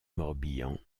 morbihan